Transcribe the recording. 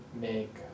make